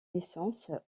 naissance